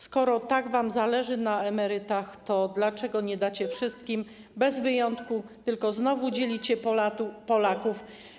Skoro tak wam zależy na emerytach, to dlaczego nie dacie wszystkim bez wyjątku, tylko znowu dzielicie Polaków?